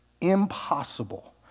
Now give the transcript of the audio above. impossible